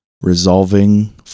resolving